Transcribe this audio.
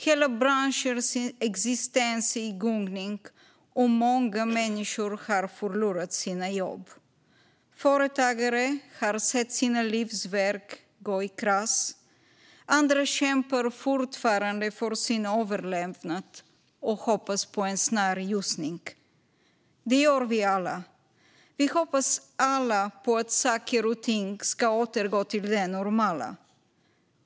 Hela branschers existens är i gungning, och många människor har förlorat sina jobb. Företagare har sett sina livsverk gå i kras. Andra kämpar fortfarande för sin överlevnad och hoppas på en snar ljusning. Det gör vi alla. Pausad BNP-index-ering för drivmedel Vi hoppas alla på att saker och ting ska återgå till det normala.